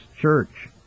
church